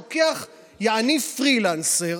לוקח יעני פרילנסר,